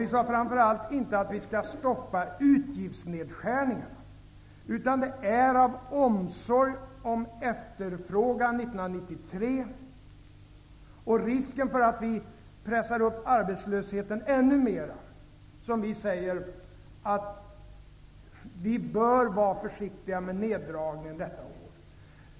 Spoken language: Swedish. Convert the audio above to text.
Vi sade framför allt inte att vi skall stoppa utgiftsnedskärningarna. Det är av omsorg om efterfrågan 1993 och inför risken att vi pressar upp arbetslösheten ännu mer som vi säger att vi bör vara försiktiga med neddragningar detta år.